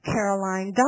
Caroline